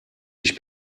ich